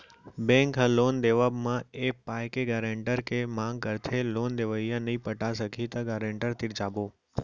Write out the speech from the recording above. bank ह loan देवब म ए पाय के गारेंटर के मांग करथे लोन लेवइया नइ पटाय सकही त गारेंटर तीर जाबो